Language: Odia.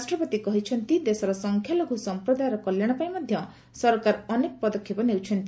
ରାଷ୍ଟ୍ରପତି କହିଛନ୍ତି ଦେଶର ସଂଖ୍ୟାଲଘୁ ସମ୍ପ୍ରଦାୟର କଲ୍ୟାଣ ପାଇଁ ମଧ୍ୟ ସରକାର ଅନେକ ପଦକ୍ଷେପ ନେଉଛନ୍ତି